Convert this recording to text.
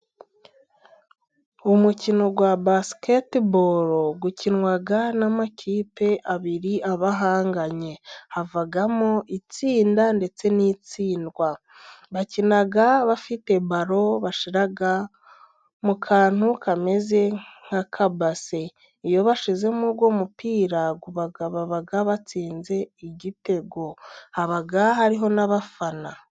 Umukino wa basiketiboro，ukinwa n’amakipe abiri，aba ahanganye， havamo itsinda，ndetse n'itsindwa， bakina bafite baro， bashyira mu kantu kameze nk’akabase. Iyo bashyizemo uwo umupira，ubwo baba batsinze igitego，haba hariho n'abafana.